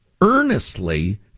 earnestly